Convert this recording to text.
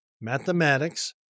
mathematics